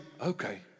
okay